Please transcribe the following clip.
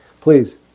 please